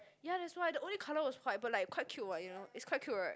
ya that's why the only colour was white but like quite cute what you know it's like quite cute right